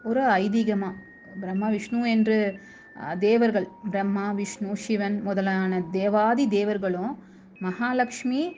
ஒரு ஐதீகமாக பிரம்மா விஷ்ணு என்று தேவர்கள் பிரம்மா விஷ்ணு ஷிவன் முதலான தேவாதி தேவர்களும் மஹாலக்ஷ்மி